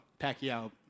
Pacquiao